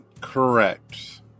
Correct